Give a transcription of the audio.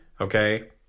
okay